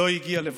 לא הגיעה לבסוף.